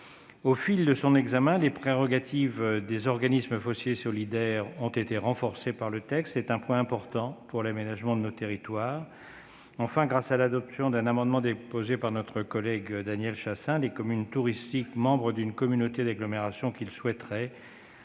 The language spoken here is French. Au fil de l'examen, les prérogatives des organismes fonciers solidaires ont été renforcées par le texte. C'est un point important pour l'aménagement de nos territoires. Grâce à l'adoption d'un amendement déposé par notre collègue Daniel Chasseing, les communes touristiques membres d'une communauté d'agglomération qui le souhaiteraient